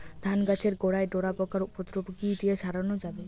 ধান গাছের গোড়ায় ডোরা পোকার উপদ্রব কি দিয়ে সারানো যাবে?